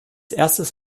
erstes